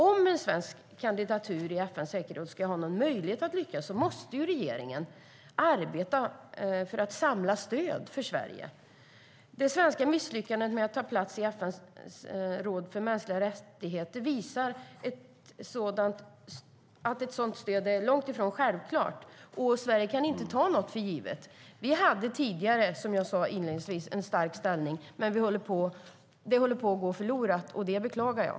Om en svensk kandidatur i FN:s säkerhetsråd ska ha någon möjlighet att lyckas måste regeringen arbeta för att samla stöd för Sverige. Det svenska misslyckandet med att ta plats i FN:s råd för mänskliga rättigheter visar att ett sådant stöd är långt ifrån självklart. Sverige kan inte ta något för givet. Vi hade tidigare, som jag sade inledningsvis, en stark ställning. Men den håller på att gå förlorad, och det beklagar jag.